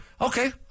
Okay